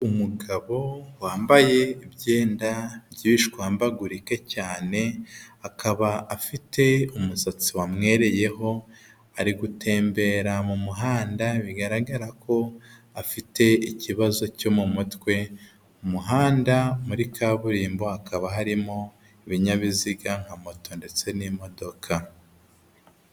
Umugabo wambaye ibyenda by'ibishwambagurike cyane, akaba afite umusatsi wamwereyeho, ari gutembera mu muhanda bigaragara ko afite ikibazo cyo mu mutwe, mu muhanda muri kaburimbo hakaba harimo ibinyabiziga nka moto ndetse n'imodoka.